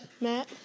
Matt